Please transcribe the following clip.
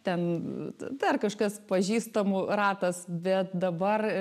ten dar kažkas pažįstamų ratas bet dabar